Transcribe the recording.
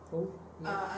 okay